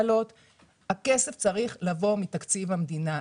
הכסף צריך לבוא מתקציב המדינה.